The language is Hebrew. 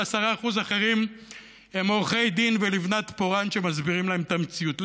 וה-10% האחרים הם עורכי דין ולבנת פורן שמסבירים להם את המציאות.